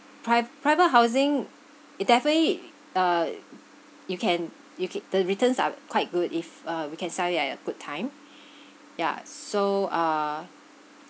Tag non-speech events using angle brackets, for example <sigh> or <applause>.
pri~ private housing it definitely uh you can you c~ the returns are quite good if uh we can sell it at a good time <breath> yeah so uh